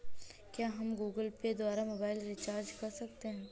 क्या हम Google Pay द्वारा मोबाइल रिचार्ज कर सकते हैं?